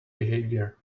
behavior